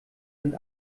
sind